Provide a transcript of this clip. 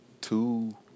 two